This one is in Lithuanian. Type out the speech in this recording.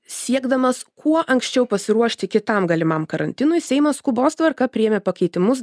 siekdamas kuo anksčiau pasiruošti kitam galimam karantinui seimas skubos tvarka priėmė pakeitimus